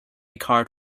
cart